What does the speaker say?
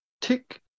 tick